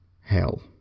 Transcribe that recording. Hell